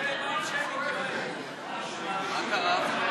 הרצוג וציפי לבני לסעיף 1 לא נתקבלה.